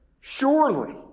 Surely